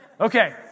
Okay